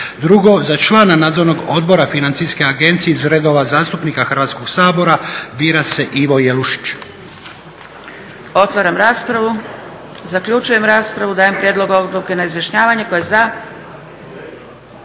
2. za člana Nadzornog odbora Financijske agencije iz redova zastupnika Hrvatskog sabora bira se Ivo Jelušić.